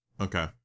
okay